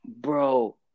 Bro